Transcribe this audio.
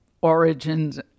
origins